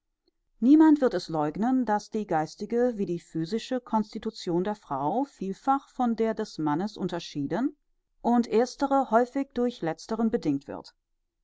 niemand wird es leugnen daß die geistige wie die physische constitution der frau vielfach von der des mannes unterschieden und erstere häufig durch letzteren bedingt wird